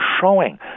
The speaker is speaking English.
showing